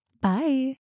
Bye